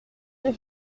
des